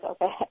okay